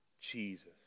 Jesus